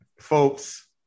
folks